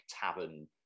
tavern